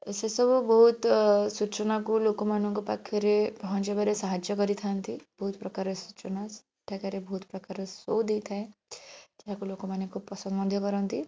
ସେସବୁ ବହୁତ ସୂଚନାକୁ ଲୋକମାନଙ୍କ ପାଖରେ ପହଞ୍ଚାଇବାକୁ ସାହାଯ୍ୟ କରିଥାନ୍ତି ବହୁତ ପ୍ରକାର ସୂଚନା ସେଠାକାରେ ବହୁତ ପ୍ରକାର ସୋ ଦେଇଥାଏ ଯାହାକୁ ଲୋକମାନେ ଖୁବ ପସନ୍ଦ ମଧ୍ୟ କରନ୍ତି